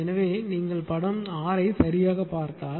எனவே நீங்கள் படம் 6 ஐ சரியாகப் பார்த்தால்